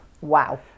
wow